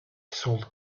sold